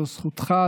זו זכותך,